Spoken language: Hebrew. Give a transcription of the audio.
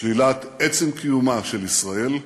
שלילת עצם קיומה של ישראל,